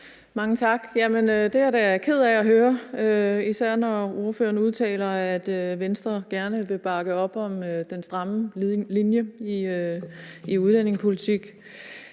Mange tak. Det er jeg da ked af at høre, især når ordføreren udtaler, at Venstre gerne vil bakke op om den stramme linje i udlændingepolitik.